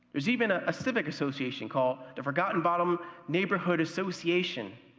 there is even a civic association called the forgotten bottom neighborhood association